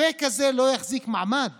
הפייק הזה לא יחזיק מעמד